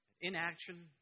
Inaction